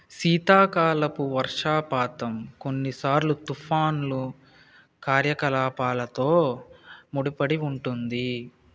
శీతాకాలపు వర్షపాతం కొన్నిసార్లు తుఫాన్లు కార్యకలాపాలతో ముడిపడి ఉంటుంది